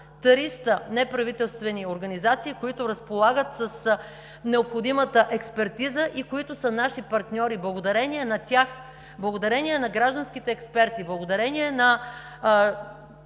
над 300 неправителствени организации, които разполагат с необходимата експертиза, и които са наши партньори. Благодарение на тях, благодарение на гражданските експерти, благодарение на